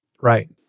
Right